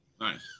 Nice